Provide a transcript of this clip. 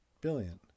billion